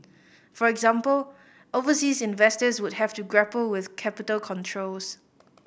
for example overseas investors would have to grapple with capital controls